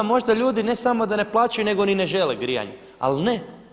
A možda ljudi ne samo da ne plaćaju nego ni ne žele grijanje, ali ne.